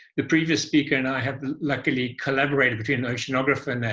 the previous speaker and i have luckily collaborated between an oceanographer,